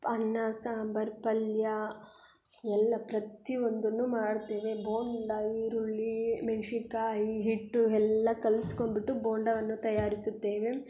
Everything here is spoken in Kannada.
ಅನ್ನ ಸಾಂಬಾರ್ ಪಲ್ಯ ಎಲ್ಲ ಪ್ರತಿಯೊಂದನ್ನು ಮಾಡ್ತೇವೆ ಬೋಂಡ ಈರುಳ್ಳಿ ಮೆಣ್ಸಿನ್ಕಾಯಿ ಹಿಟ್ಟು ಎಲ್ಲ ಕಲ್ಸಿಕೊಂಬಿಟ್ಟು ಬೋಂಡವನ್ನು ತಯಾರಿಸುತ್ತೇವೆ